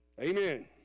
Amen